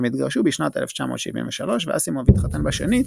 הם התגרשו בשנת 1973 ואסימוב התחתן בשנית,